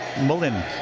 Mullin